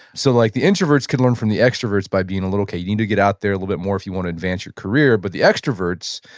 so like the introverts can learn from the extroverts by being a little, okay, you need to get out there a little bit more if you want to advance your career. but the extroverts,